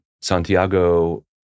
Santiago